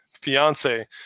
Fiance